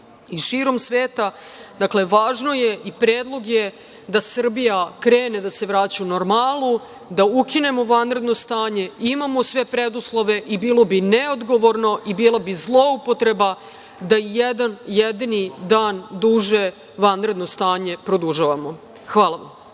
i širom sveta. Dakle, važno je i predlog je da Srbija krene da se vraća u normalu, da ukinemo vanredno stanje. Imamo sve preduslove i bilo bi neodgovorno i bilo bi zloupotreba da i jedan, jedini dan duže vanredno stanje produžavamo. Hvala.